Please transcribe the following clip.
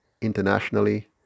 internationally